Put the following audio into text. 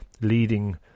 leading